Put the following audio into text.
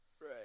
Right